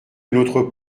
notre